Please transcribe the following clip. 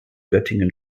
göttingen